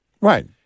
Right